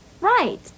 Right